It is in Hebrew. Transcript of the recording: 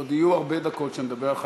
עוד יהיו הרבה דקות שנדבר על חקלאות,